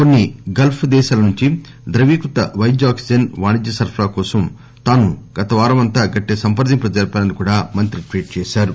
కొన్ని గల్ప్ దేశాల నుంచి ద్రవీకృత వైద్య ఆక్పిజన్ వాణిజ్య సరఫరా కోసం తాను గత వారం అంతా గట్టి సంప్రదింపులు జరిపానని కూడా మంత్రి ట్వీట్ చేశారు